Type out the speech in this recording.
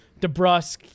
DeBrusque